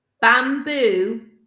bamboo